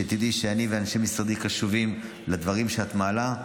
שתדעי שאני ואנשי משרדי קשובים לדברים שאת מעלה,